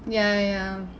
ya ya